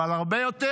אבל הרבה יותר,